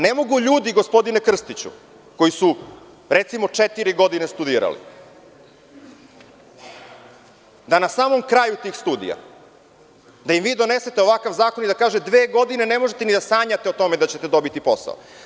Ne mogu ljudi, gospodine Krstiću, koji su, recimo, četiri godine studirali da na samom kraju tih studija, da im vi donesete ovakav zakon i da kažete dve godine ne možete ni da sanjate o tome da ćete dobiti posao.